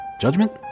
Judgment